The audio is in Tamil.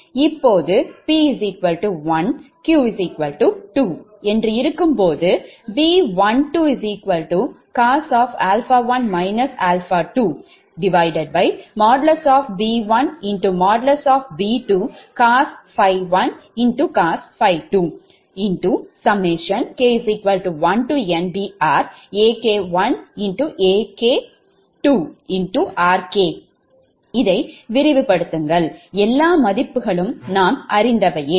இப்போது 𝑝 1 𝑞 2 என்று இருக்கும்போது B12cos 1 2 |V1||V2|COS ∅1COS ∅2 k1NBRAK1AK12 Rk இதை விரிவுபடுத்துங்கள் எல்லா மதிப்புகளும் நாம் அறிந்தவையே